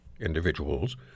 individuals